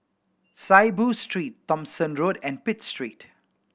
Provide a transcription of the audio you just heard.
Saiboo Street Thomson Road and Pitt Street